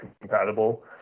compatible